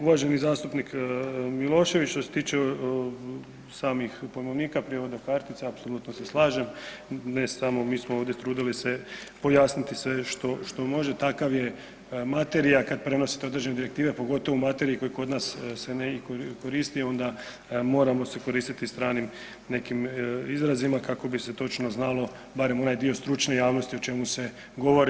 Uvaženi zastupnik Milošević što se tiče samih pojmovnika prijevoda kartica apsolutno se slažem, mi smo se ovdje trudili se pojasniti sve što može, takva je materija kada prenosite određene direktive, pogotovo u materiji koja se kod nas ne koristi onda moramo se koristiti stranim nekim izrazima kako bi se točno znalo barem onaj dio stručne javnosti o čemu se govori.